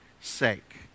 sake